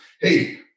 Hey